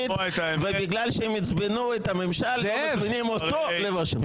ובגלל שהם עיצבנו את הממשל לא מזמינים אותו לוושינגטון.